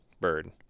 bird